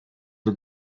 the